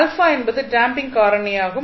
α என்பது டேம்ப்பிங் காரணியாகும்